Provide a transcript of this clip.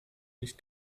nicht